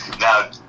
Now